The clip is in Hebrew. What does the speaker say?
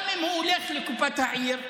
גם אם הוא הולך לקופת העיר,